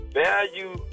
value